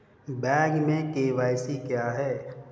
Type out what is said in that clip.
Bank में KYC क्या है?